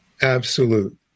absolute